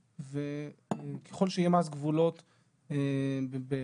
וככל שיהיה מס גבולות באירופה,